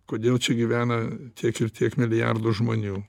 kodėl čia gyvena tiek ir tiek milijardų žmonių